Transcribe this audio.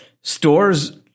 stores